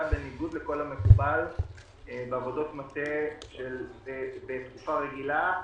בניגוד לכל המקובל בעבודות מטה בתקופה רגילה,